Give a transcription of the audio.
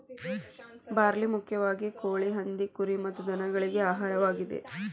barley ಮುಖ್ಯವಾಗಿ ಕೋಳಿ, ಹಂದಿ, ಕುರಿ ಮತ್ತ ದನಗಳಿಗೆ ಆಹಾರವಾಗಿದೆ